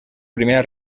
primera